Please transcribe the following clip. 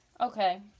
Okay